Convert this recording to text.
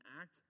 act